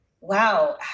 wow